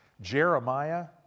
Jeremiah